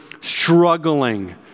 struggling